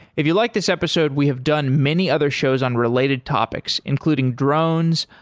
if you like this episode, we have done many other shows on related topics including drones,